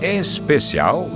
especial